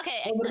Okay